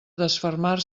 desfermar